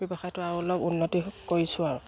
ব্যৱসায়টো আৰু অলপ উন্নতি কৰিছোঁ আৰু